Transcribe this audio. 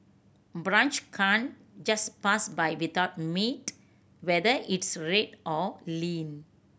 brunch can't just pass by without meat whether it's red or lean